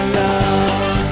love